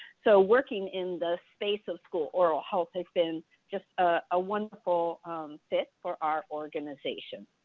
so working in the space of school oral health been just a wonderful fit for our organization.